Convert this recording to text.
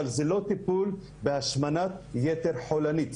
אבל זה לא טיפול בהשמנת יתר חולנית.